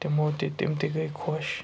تِمو تہِ تِم تہِ گٔے خوش